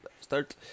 start